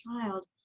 child